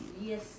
Yes